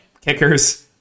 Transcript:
kickers